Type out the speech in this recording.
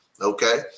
Okay